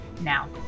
Now